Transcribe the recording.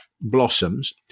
blossoms